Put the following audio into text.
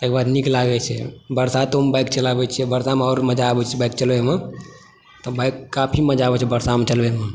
तऽ बड़ नीक लागै छै बरसातोमे बाइक चलाबैत छियै बरसातमे आओर मजा आबैत छै बाइक चलबैमे तऽ बाइक काफी मजा आबै छै बरसातमे चलबैमे